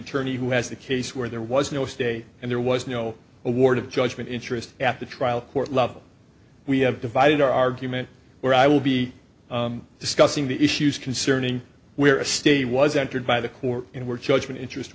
attorney who has a case where there was no state and there was no award of judgment interest at the trial court level we have divided our argument or i will be discussing the issues concerning where a state was entered by the court and where judgment interest